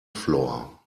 floor